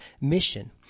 mission